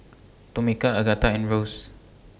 Tomeka Agatha and Rose